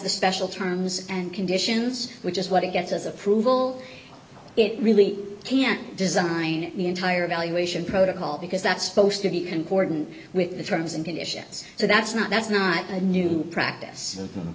the special terms and conditions which is what it gets as approval it really can't design the entire evaluation protocol because that's supposed to be can gordon with the terms and conditions so that's not that's not a new practice